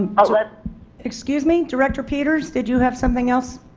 excuse me, director peters did you have something else?